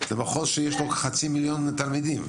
זה מחוז שיש בו חצי מיליון תלמידים,